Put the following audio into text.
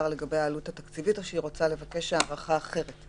לגבי העלות התקציבית או שהיא רוצה לבקש הערכה אחרת?